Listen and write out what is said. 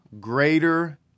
greater